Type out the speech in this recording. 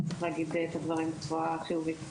צריך להגיד את הדברים בצורה חיובית.